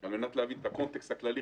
על מנת להבין את הקונטקסט הכללי,